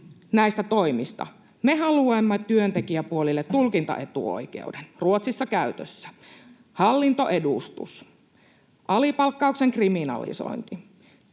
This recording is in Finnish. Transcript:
näistä toimista. Me haluamme työntekijäpuolille tulkintaetuoikeuden — Ruotsissa käytössä —, hallintoedustuksen, alipalkkauksen kriminalisoinnin,